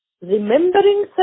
remembering